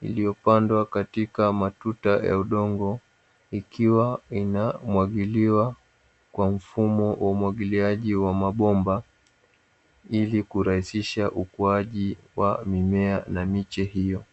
iliyopandwa katika matuta ya udongo, ikiwa inamwagiliwa kwa mfumo wa umwagiliaji wa mabomba, ili kurahisisha ukuaji wa mimea na miche hiyo.